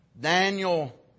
Daniel